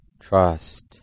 trust